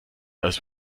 als